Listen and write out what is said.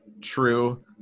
true